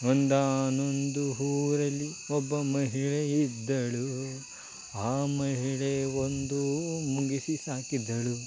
ಒಂದಾನೊಂದು ಊರಲ್ಲಿ ಒಬ್ಬ ಮಹಿಳೆ ಇದ್ದಳು ಆ ಮಹಿಳೆ ಒಂದು ಮುಂಗುಸಿ ಸಾಕಿದ್ದಳು